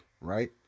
right